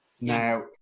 Now